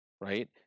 right